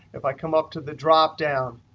if i come up to the dropdown,